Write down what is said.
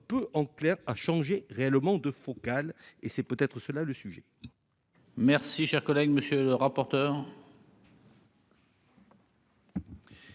peu en clair à changer réellement de focale, et c'est peut-être cela le sujet. Merci, chers collègues, monsieur le rapporteur.